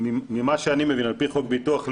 ממה שאני מבין, על פי חוק ביטוח לאומי,